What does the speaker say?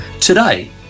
Today